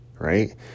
right